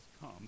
come